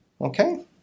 okay